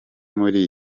muri